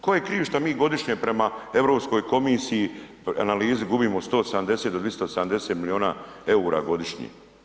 Ko je kriv što mi godišnje prema Europskoj komisiji analizi gubimo 170 do 270 milijuna eura godišnje?